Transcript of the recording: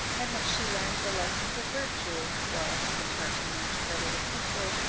and that she learned the lessons of virtue whilst imparting them to her little pupil,